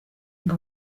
ngo